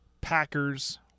Packers